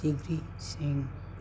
फिथिख्रि सें